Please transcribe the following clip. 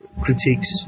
critiques